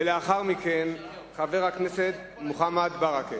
לאחר מכן, חבר הכנסת מוחמד ברכה.